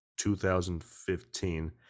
2015